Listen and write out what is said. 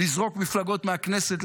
לזרוק מפלגות מהכנסת,